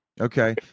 Okay